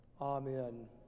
Amen